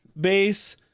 base